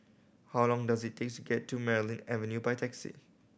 how long does it takes get to Merryn Avenue by taxi